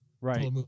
right